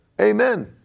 Amen